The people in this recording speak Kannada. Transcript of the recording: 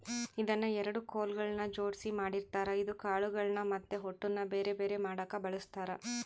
ಇದನ್ನ ಎರಡು ಕೊಲುಗಳ್ನ ಜೊಡ್ಸಿ ಮಾಡಿರ್ತಾರ ಇದು ಕಾಳುಗಳ್ನ ಮತ್ತೆ ಹೊಟ್ಟುನ ಬೆರೆ ಬೆರೆ ಮಾಡಕ ಬಳಸ್ತಾರ